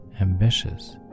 ambitious